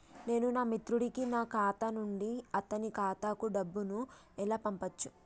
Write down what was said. నేను నా మిత్రుడి కి నా ఖాతా నుండి అతని ఖాతా కు డబ్బు ను ఎలా పంపచ్చు?